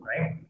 right